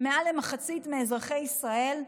מעל למחצית מאזרחי ישראל?